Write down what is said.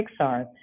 Pixar